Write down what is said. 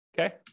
okay